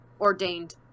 ordained